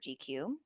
GQ